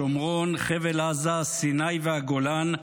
שומרון, חבל עזה, סיני והגולן,